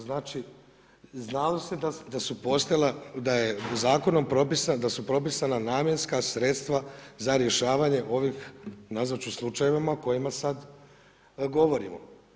Znači, znalo se da su postojala, da je zakonom propisana, da su propisana namjenska sredstva za rješavanje ovih nazvat ću slučajevima o kojima sad govorimo.